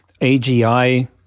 AGI